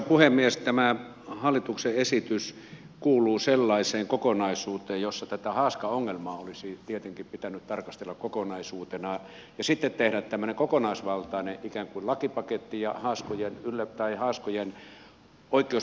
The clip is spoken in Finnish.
tämä hallituksen esitys kuuluu sellaiseen kokonaisuuteen jossa tätä haaskaongelmaa olisi tietenkin pitänyt tarkastella kokonaisuutena ja sitten tehdä tämmöinen kokonaisvaltainen ikään kuin lakipaketti ja oikeus pitää haaskoja